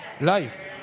life